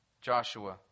Joshua